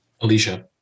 Alicia